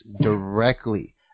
directly